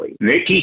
Nikki